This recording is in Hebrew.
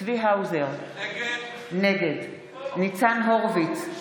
צבי האוזר, נגד ניצן הורוביץ,